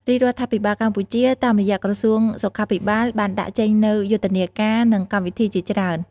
រាជរដ្ឋាភិបាលកម្ពុជា តាមរយៈក្រសួងសុខាភិបាលបានដាក់ចេញនូយុទ្ធនាការ និងកម្មវិធីជាច្រើន។